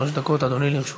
שלוש דקות, אדוני, לרשותך.